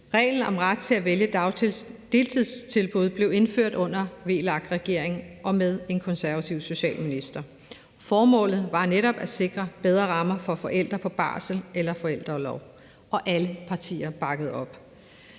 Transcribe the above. Reglen om ret til at vælge deltidstilbud blev indført under VLAK-regeringen og med en konservativ socialminister. Formålet var netop at sikre bedre rammer for forældre på barsel eller forældreorlov, og alle partier bakkede op.